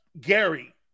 Gary